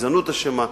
הגזענות אשמה,